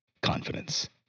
Confidence